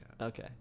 Okay